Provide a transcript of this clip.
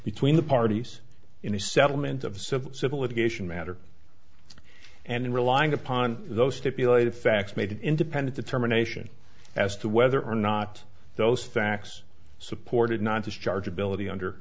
between the parties in the settlement of civil civil litigation matter and in relying upon those stipulated facts made independent determination as to whether or not those facts supported not discharge ability under